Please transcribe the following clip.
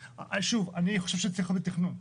שוב, אני חושב שצריך הרבה תכנון,